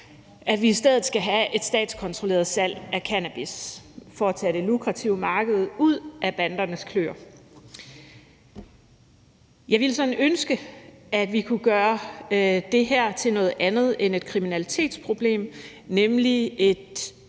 at vi i stedet skal have et statskontrolleret salg af cannabis for at tage det lukrative marked ud af bandernes kløer. Jeg ville sådan ønske, at vi kunne gøre det her til noget andet end et kriminalitetsproblem, nemlig et